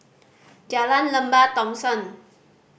Jalan Lembah Thomson